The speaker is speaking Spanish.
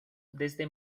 desde